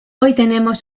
cero